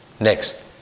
Next